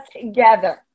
together